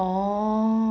orh